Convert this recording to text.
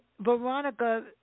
Veronica